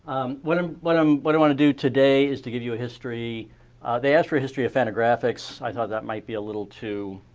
what um but um but i want to do today is to give you a history they asked for a history of fantagraphics. i thought that might be a little too